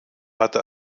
hatte